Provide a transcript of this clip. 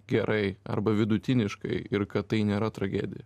gerai arba vidutiniškai ir kad tai nėra tragedija